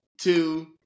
Two